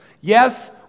Yes